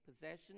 possession